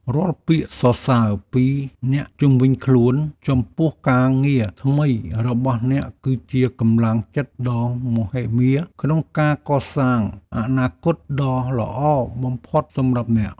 រាល់ពាក្យសរសើរពីអ្នកជុំវិញខ្លួនចំពោះការងារថ្មីរបស់អ្នកគឺជាកម្លាំងចិត្តដ៏មហិមាក្នុងការកសាងអនាគតដ៏ល្អបំផុតសម្រាប់អ្នក។